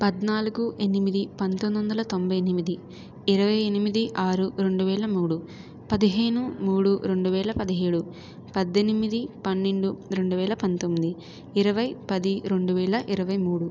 పద్నాలుగు ఎనిమిది పంతొమ్మిది వందల తొంభై ఎనిమిది ఇరవై ఎనిమిది ఆరు రెండు వేల ముడు పదిహేను మూడు రెండు వేల పదిహేడు పద్దెనిమిది పన్నెండు రెండు వేల పంతొమ్మిది ఇరవై పది రెండు వేల ఇరవై మూడు